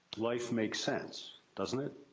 life makes sense. doesn't it?